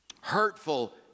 Hurtful